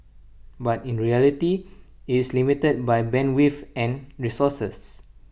but in reality it's limited by bandwidth and resources